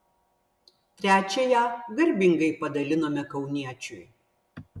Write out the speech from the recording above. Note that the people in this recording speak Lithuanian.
trečiąją garbingai padalinome kauniečiui